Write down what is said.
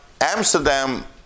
Amsterdam